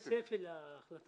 אין צפי להחלטה.